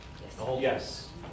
Yes